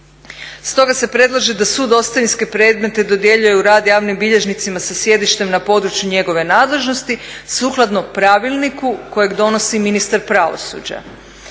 Stoga se predlaže da sud ostavinske predmete dodjeljuje u rad javnim bilježnicima sa sjedištem na području njegove nadležnosti sukladno pravilniku kojeg donosi ministar pravosuđa.